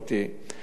תראה,